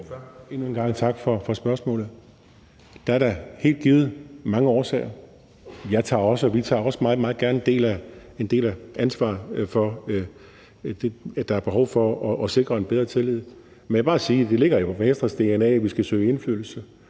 Endnu en gang tak for spørgsmålet. Der er da helt givet mange årsager til det. Jeg tager og vi tager også meget gerne en del af ansvaret for, at der er behov for at sikre en bedre tillid. Men jeg må bare sige, at det jo ligger i Venstres dna, at vi skal søge indflydelse.